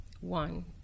One